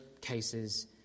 cases